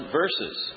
verses